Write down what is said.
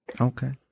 Okay